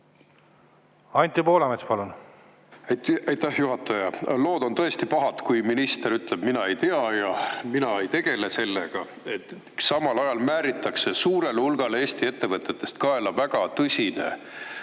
Anti Poolamets, palun!